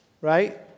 right